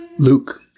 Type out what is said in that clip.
Luke